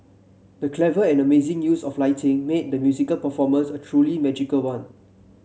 the clever and amazing use of lighting made the musical performance a truly magical one